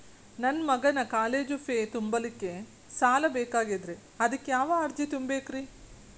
ನನ್ನ ಮಗನ college fee ತುಂಬಲಿಕ್ಕೆ ಸಾಲ ಬೇಕಾಗೆದ್ರಿ ಅದಕ್ಯಾವ ಅರ್ಜಿ ತುಂಬೇಕ್ರಿ?